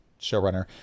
showrunner